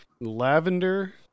Lavender